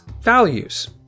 values